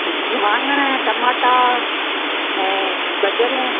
त वाङण ऐं टमाटा ऐं गजरुं